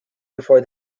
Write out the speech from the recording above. before